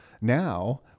now